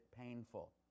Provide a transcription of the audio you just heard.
painful